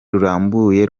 rurambuye